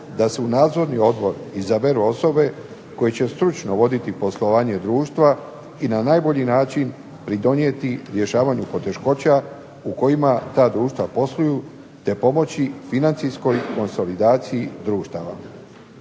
da se u nadzorni odbor izaberu osobe koje će stručno voditi poslovanje društva i na najbolji način pridonijeti rješavanju poteškoća u kojima ta društva posluju, te pomoći financijskoj konsolidaciji društava.